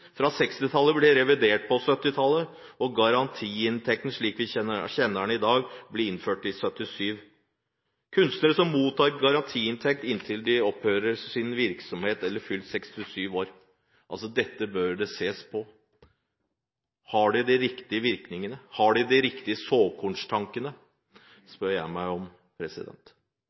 fra 1960-tallet ble revidert på 1970-tallet, og garantiinntekten slik vi kjenner den i dag, ble innført i 1977. Kunstnere mottar garantiinntekten inntil virksomheten opphører, eller ved fylte 67 år. Dette bør det ses på. Har dette de riktige virkningene, har dette de riktige såkornstankene, spør jeg meg om.